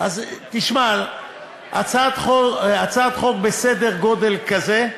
אז תשמע, הצעת חוק בסדר גודל כזה,